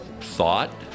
Thought